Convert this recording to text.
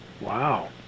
Wow